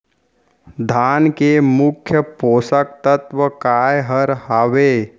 धान के मुख्य पोसक तत्व काय हर हावे?